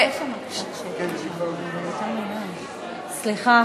סליחה,